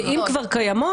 ואם כבר קיימות